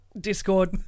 Discord